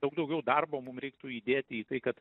daug daugiau darbo mum reiktų įdėti į tai kad